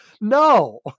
No